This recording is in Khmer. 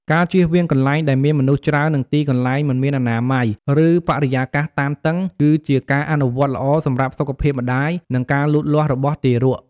ការជៀសវាងកន្លែងដែលមានមនុស្សច្រើន និងទីកន្លែងមិនមានអនាម័យ ឬបរិយាកាសតានតឹង គឺជាការអនុវត្តល្អសម្រាប់សុខភាពម្តាយ និងការលូតលាស់របស់ទារក។